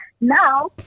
now